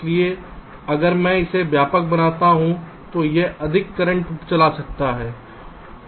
इसलिए अगर मैं इसे व्यापक बनाता हूं तो यह अधिक करंट चला सकता है